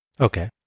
okay